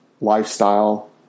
lifestyle